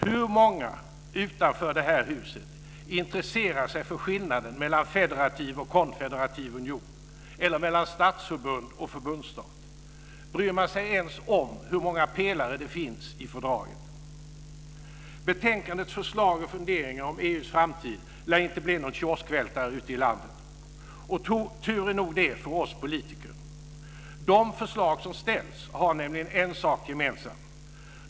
Hur många utanför det här huset intresserar sig för skillnaden mellan en federativ och en konfederativ union eller mellan statsförbund och förbundsstat? Bryr man sig ens om hur många pelare det finns i fördraget? Betänkandets förslag och funderingar om EU:s framtid lär inte bli någon kioskvältare ute i landet. Och det är nog tur för oss politiker. De förslag som finns har nämligen en sak gemensamt.